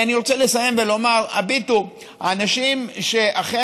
אני רוצה לסיים ולומר: הביטו, האנשים שאכן,